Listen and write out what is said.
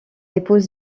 épouse